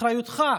אחריותך גדולה,